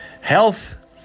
health